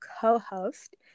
co-host